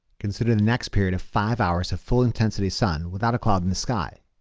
consider the next period of five hours of full intensity sun without a cloud in the sky.